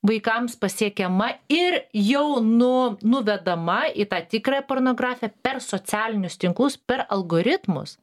vaikams pasiekiama ir jau nu nuvedama į tą tikrąją pornografiją per socialinius tinklus per algoritmus